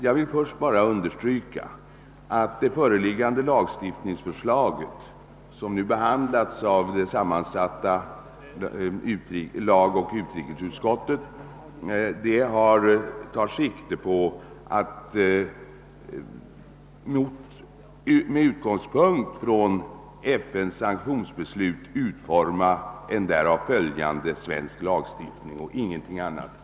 Jag vill först understryka att det föreliggande lagstiftningsförslaget, som nu behandlats av det sammansatta utrikesoch första lagutskottet, tar sikte på att med utgångspunkt från FN:s sanktionsbeslut utforma en därav följande svensk lagstiftning och ingenting annat.